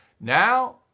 Now